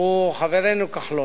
הוא חברנו כחלון.